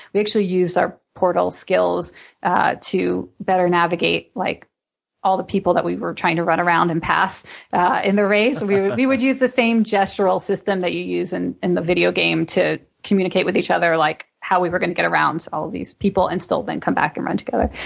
we actually used our portal skills to better navigate like all the people that we were trying to run around and pass in the race. we would we would use the same gestural system that you use and in the video game to communicate with each other like how we were going to get around all these people and still then come back and run together.